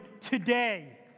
today